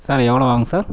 sir எவ்வளோ ஆகும் sir